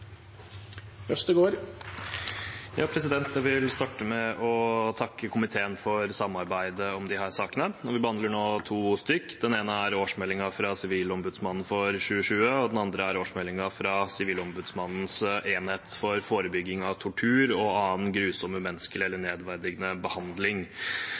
Jeg vil starte med å takke komiteen for samarbeidet om disse sakene. Vi behandler nå to stykker. Den ene er årsmeldingen for 2020 fra Sivilombudsmannen, og den andre er årsmeldingen for Sivilombudsmannens enhet for forebygging av tortur og annen grusom, umenneskelige eller nedverdigende behandling.